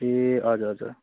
ए हजुर हजुर